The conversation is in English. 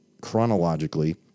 chronologically